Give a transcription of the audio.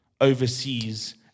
overseas